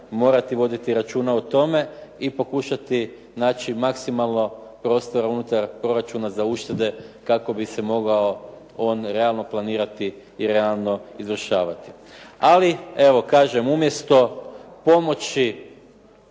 morati voditi računa o tome i pokušati naći maksimalno prostora unutar proračuna za uštede kako bi se mogao on realno planirati i realno izvršavati. Ali evo, kažem umjesto pomoći